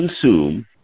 consume